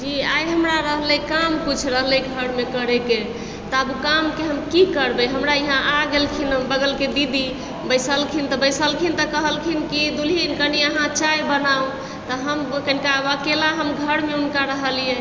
जी आइ हमरा रहलइ काम किछु रहलय घरमे करयके तब कामके हम की करबय हमरा यहाँ आओर गेलखिन बगलके दीदी बैसलखिन तऽ बैसलखिन तऽ कहलखिन कि दुलहिन कनि अहाँ चाय बनाउ तऽ हम कनि टा अकेला हम घरमे हुनका रहलियै